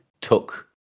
took